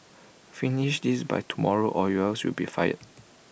finish this by tomorrow or else you'll be fired